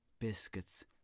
biscuits